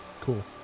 cool